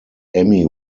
emmy